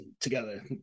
together